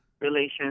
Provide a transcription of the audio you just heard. relations